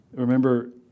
remember